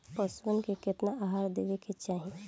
पशुअन के केतना आहार देवे के चाही?